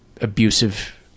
abusive